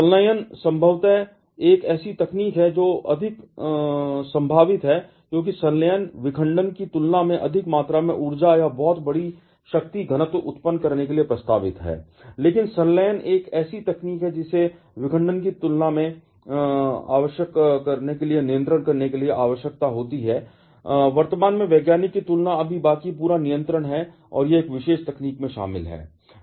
संलयन संभवतः एक ऐसी तकनीक है जो अधिक संभावित है क्योंकि संलयन विखंडन की तुलना में अधिक मात्रा में ऊर्जा या बहुत बड़ी शक्ति घनत्व उत्पन्न करने के लिए प्रस्तावित है लेकिन संलयन एक ऐसी तकनीक है जिसे विखंडन की तुलना में बहुत अधिक मात्रा में नियंत्रण की आवश्यकता होती है और वर्तमान में वैज्ञानिक की तुलना अभी बाकी है पूरा नियंत्रण और यह विशेष तकनीक